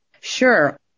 Sure